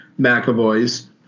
McAvoy's